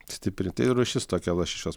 stipri tai rūšis tokia lašišos